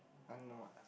and what ah